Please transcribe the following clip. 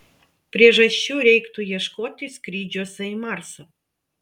priežasčių reiktų ieškoti skrydžiuose į marsą